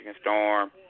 Storm